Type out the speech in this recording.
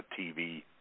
TV